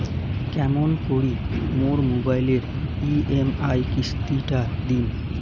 কেমন করি মোর মোবাইলের ই.এম.আই কিস্তি টা দিম?